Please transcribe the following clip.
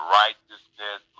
righteousness